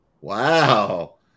Wow